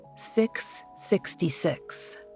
666